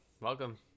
Welcome